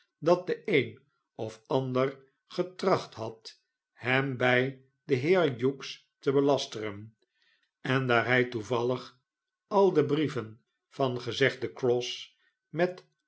dat de een of ander getracht had hem by den heer hughes te belasteren en daar hij toevallig al de brieven van gezegden cross met